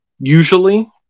usually